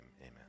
amen